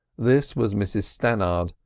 this was mrs stannard,